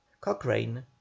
Cochrane